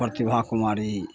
प्रतिभा कुमारी